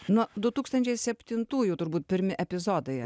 nuo du tūkstančiai septintųjų turbūt pirmi epizodai